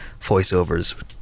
voiceovers